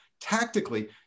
tactically